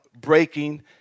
breaking